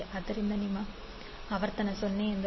ಆದ್ದರಿಂದ ನಿಮ್ಮ ಆವರ್ತನ 0 ಎಂದು ಅರ್ಥ